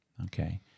Okay